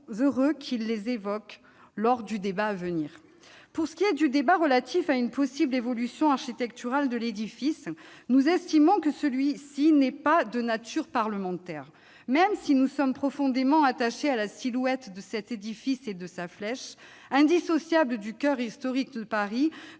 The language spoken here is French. heureux qu'il les évoque au cours de notre débat. Quant au débat sur une possible évolution architecturale de l'édifice, nous estimons qu'il n'est pas de nature parlementaire. Même si nous sommes profondément attachés à la silhouette de cet édifice et de sa flèche, indissociable du coeur historique de Paris,